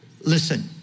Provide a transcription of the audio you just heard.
listen